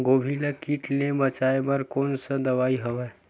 गोभी ल कीट ले बचाय बर कोन सा दवाई हवे?